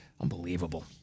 Unbelievable